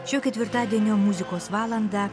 šio ketvirtadienio muzikos valandą